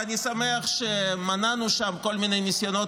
ואני שמח שמנענו שם כל מיני ניסיונות